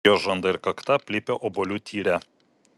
jos žandai ir kakta aplipę obuolių tyre